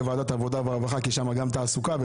ועדת העבודה והרווחה כי שם מדובר גם בתעסוקה.